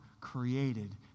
created